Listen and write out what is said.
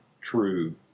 true